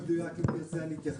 זה לא מדויק ואשמח להתייחס לזה.